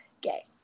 gay